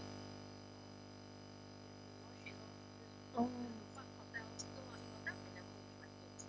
oh